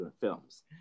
films